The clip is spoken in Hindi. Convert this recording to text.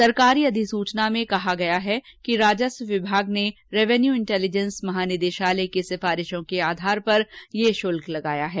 सरकारी अधिसुचना में कहा गया है कि राजस्व विमाग ने रेवन्यू इंटेलीजेंस इंस्टीट़यूट की सिफारिशों के आधार पर यह शुल्क लगाया है